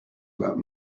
about